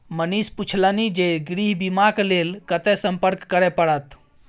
मनीष पुछलनि जे गृह बीमाक लेल कतय संपर्क करय परत?